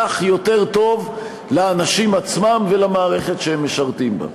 כך יותר טוב לאנשים עצמם ולמערכת שהם משרתים בה.